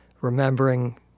remembering